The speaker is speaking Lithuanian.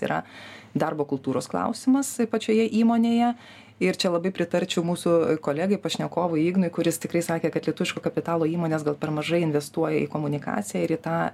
yra darbo kultūros klausimas pačioje įmonėje ir čia labai pritarčiau mūsų kolegai pašnekovui ignui kuris tikrai sakė kad lietuviško kapitalo įmonės gal per mažai investuoja į komunikaciją ir į tą